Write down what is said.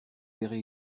verrez